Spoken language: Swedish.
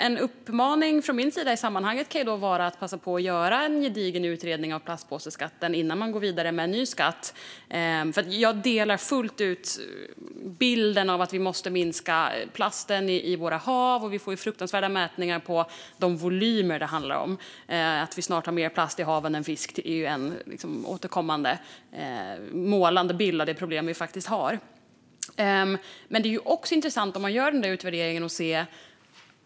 En uppmaning från min sida i sammanhanget kan vara att passa på och göra en gedigen utredning av plastpåseskatten innan man går vidare med en ny skatt. Jag delar fullt ut bilden att vi måste minska mängden plast i våra hav. Mätningar visar de fruktansvärda volymer det handlar om. Att vi snart har mer plast än fisk i haven är en återkommande, målande bild av det problem vi faktiskt har. Men om man gör en utvärdering är det också intressant att titta på försäljningen.